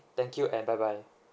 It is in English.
thank you and bye bye